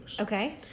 okay